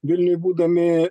vilniuj būdami